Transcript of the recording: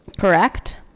Correct